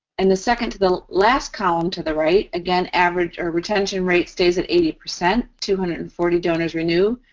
and the second to the last column to the right, again, average, or retention rate stays at eighty percent. two hundred and forty donors renew,